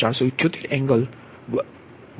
0478 angle 220